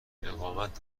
اقامت